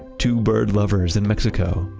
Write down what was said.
two bird-lovers in mexico,